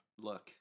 look